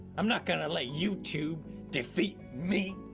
i'm not going to let youtube defeat me.